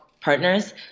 partners